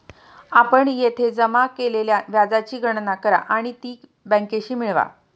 आपण येथे जमा केलेल्या व्याजाची गणना करा आणि ती बँकेशी मिळवा